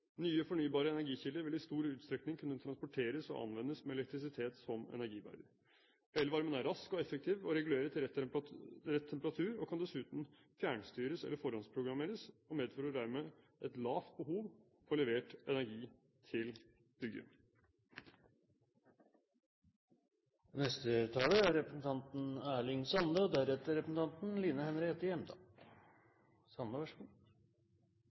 Nye, fornybare energikilder vil i stor utstrekning kunne transporteres og anvendes med elektrisitet som energibærer. Elvarmen er rask og effektiv å regulere til rett temperatur, og kan dessuten fjernstyres eller forhåndsprogrammeres og medfører dermed et lavt behov for levert energi til bygget. Fyrst vil eg peike på at eg er